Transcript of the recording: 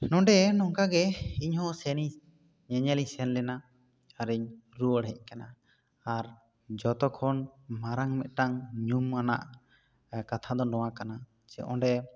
ᱱᱚᱰᱮ ᱱᱚᱝᱠᱟ ᱜᱮ ᱤᱧ ᱦᱚᱸ ᱥᱮᱱ ᱤᱧ ᱧᱮᱧᱮᱞ ᱤᱧ ᱥᱮᱱ ᱞᱮᱱᱟ ᱟᱨ ᱤᱧ ᱨᱩᱣᱟᱹᱲ ᱦᱮᱡ ᱟᱠᱟᱱᱟ ᱟᱨ ᱡᱚᱛᱚ ᱠᱷᱚᱱ ᱢᱟᱨᱟᱝ ᱢᱤᱫᱴᱟᱱ ᱧᱩᱢᱼᱟᱱᱟᱜ ᱠᱟᱛᱷᱟ ᱫᱚ ᱱᱚᱣᱟ ᱠᱟᱱᱟ ᱪᱮ ᱚᱸᱰᱮ